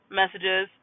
messages